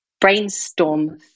brainstorm